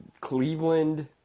Cleveland